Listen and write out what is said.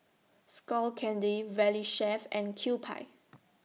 Skull Candy Valley Chef and Kewpie